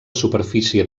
superfície